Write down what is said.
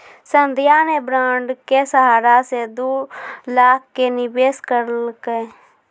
संध्या ने बॉण्ड के सहारा से दू लाख के निवेश करलकै